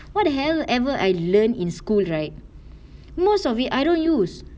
what the hell ever I learned in school right most of it I don't use